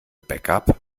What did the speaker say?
backup